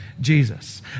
Jesus